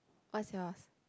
what's yours